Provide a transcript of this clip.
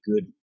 good